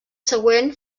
següent